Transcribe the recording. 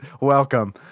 Welcome